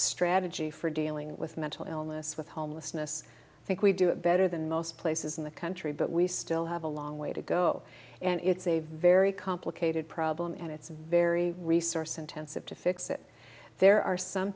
strategy for dealing with mental illness with homelessness think we do it better than most places in the country but we still have a long way to go and it's a very complicated problem and it's very resource intensive to fix it there are some